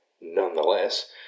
nonetheless